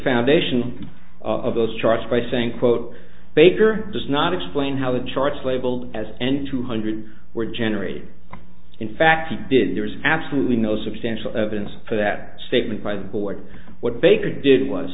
foundation of those charts by saying quote baker does not explain how the charts labeled as n two hundred were generated in fact you did there is absolutely no substantial evidence for that statement by the board what baker did was